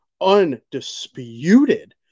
undisputed